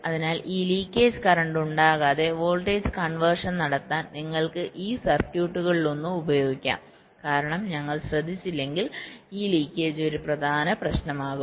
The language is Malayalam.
അതിനാൽ ഈ ലീക്കേജ് കറന്റ് ഉണ്ടാകാതെ വോൾട്ടേജ് കൺവെർഷൻ നടത്താൻ നിങ്ങൾക്ക് ഈ സർക്യൂട്ടുകളിലൊന്ന് ഉപയോഗിക്കാം കാരണം ഞങ്ങൾ ശ്രദ്ധിച്ചില്ലെങ്കിൽ ഈ ലീക്കേജ് ഒരു പ്രധാന പ്രശ്നമാകും